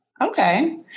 Okay